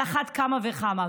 על אחת כמה וכמה.